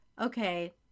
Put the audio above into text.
okay